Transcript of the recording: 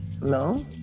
No